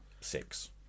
Six